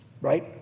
right